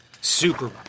Super